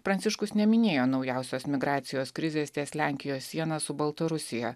pranciškus neminėjo naujausios migracijos krizės ties lenkijos siena su baltarusija